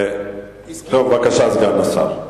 בבקשה, סגן השר.